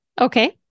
Okay